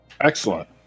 Excellent